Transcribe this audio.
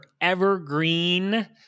evergreen